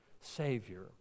Savior